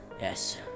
Yes